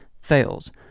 fails